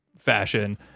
fashion